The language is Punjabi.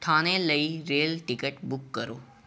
ਥਾਣੇ ਲਈ ਰੇਲ ਟਿਕਟ ਬੁੱਕ ਕਰੋ